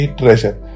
treasure